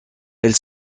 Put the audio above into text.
elle